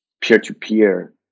peer-to-peer